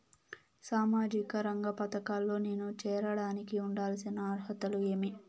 సామాజిక రంగ పథకాల్లో నేను చేరడానికి ఉండాల్సిన అర్హతలు ఏమి?